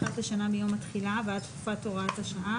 אחת לשנה מיום התחילה ועד תום תקופת הוראת השעה,